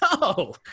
no